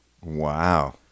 Wow